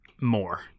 more